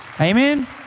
Amen